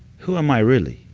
who am i really?